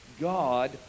God